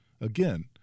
again